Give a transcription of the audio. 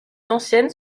anciennes